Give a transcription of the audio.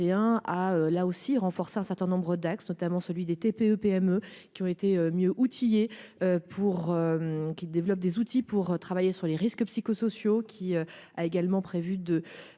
ah là aussi renforcer un certain nombre d'axes, notamment celui des TPE-PME qui ont été mieux outillée pour qu'il développe des outils pour travailler sur les risques psychosociaux qui a également prévu de